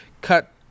cut